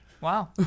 Wow